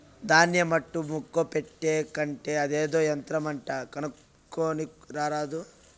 దాన్య మట్టా ముక్క పెట్టే కంటే అదేదో యంత్రమంట కొనుక్కోని రారాదా